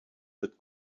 mit